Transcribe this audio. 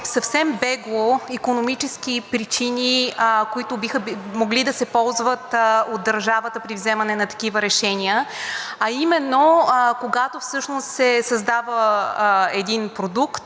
съвсем бегло икономически причини, които биха могли да се ползват от държавата при вземане на такива решения, а именно, когато всъщност се създава един продукт